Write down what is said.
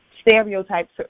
stereotypes